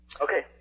Okay